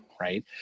right